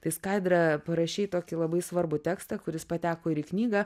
tai skaidra parašei tokį labai svarbų tekstą kuris pateko ir į knygą